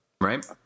right